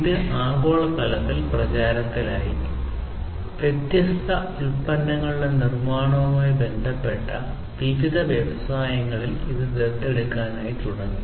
ഇത് ആഗോളതലത്തിൽ പ്രചാരത്തിലായി വ്യത്യസ്ത ഉത്പന്നങ്ങളുടെ നിർമ്മാണവുമായി ബന്ധപ്പെട്ട വിവിധ വ്യവസായങ്ങളിൽ ദത്തെടുക്കാൻ തുടങ്ങി